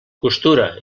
costura